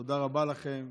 תודה רבה לכם.